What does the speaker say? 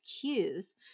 cues